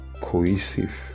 cohesive